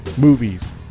Movies